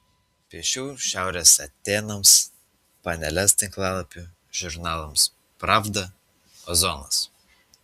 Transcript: piešiau šiaurės atėnams panelės tinklalapiui žurnalams pravda ozonas